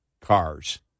cars